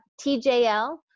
TJL